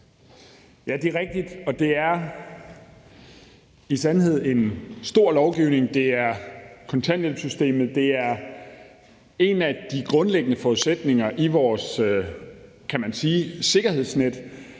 Ja, det er rigtigt, og det er i sandhed en stor lovgivning. Det er kontanthjælpssystemet; det er en af de grundlæggende forudsætninger for vores sikkerhedsnet,